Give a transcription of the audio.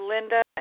Linda